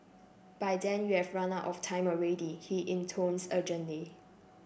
by then you have run out of time already he intones urgently